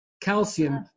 calcium